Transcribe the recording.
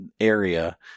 area